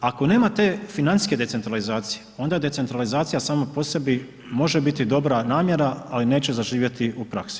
Ako nemate financijske decentralizacije onda decentralizacija sama po sebi može biti dobra namjera ali neće zaživjeti u praksi.